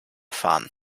fahren